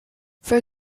for